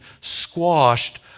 squashed